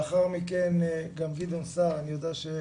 לאחר מכן גם גדעון סער אני יודע,